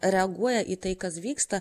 reaguoja į tai kas vyksta